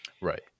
Right